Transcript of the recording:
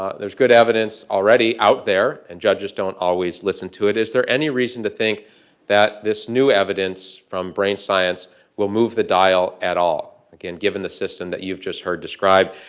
ah there's good evidence already out there, and judges don't always listen to it. is there any reason to think that this new evidence from brain science will move the dial at all? again, given the system that you've just heard described?